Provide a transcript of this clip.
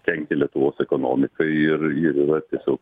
kenkia lietuvos ekonomikai ir ir yra tiesiog